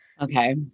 Okay